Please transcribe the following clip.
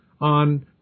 on